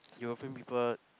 European people